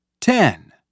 ten